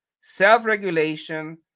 self-regulation